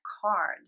card